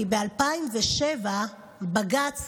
כי ב-2007 בג"ץ,